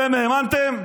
אתם האמנתם?